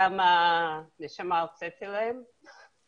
כמה הוצאתי להם את הנשמה,